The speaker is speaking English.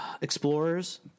Explorers